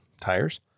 tires